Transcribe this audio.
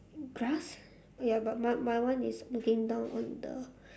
grass ya but my my one is looking down on the